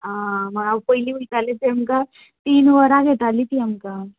आं मागीर हांव पयलें वयतालें तें आमकां तीन वरां घेतालीं तीं आमकां